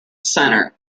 center